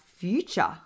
Future